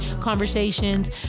conversations